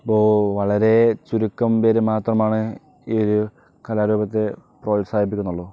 ഇപ്പോൾ വളരെ ചുരുക്കം പേര് മാത്രമാണ് ഈ ഒരു കലാരൂപത്തെ പ്രോത്സാഹിപ്പിക്കുന്നുള്ളു